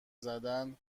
زدن